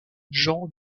jean